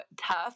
tough